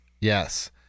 Yes